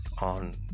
on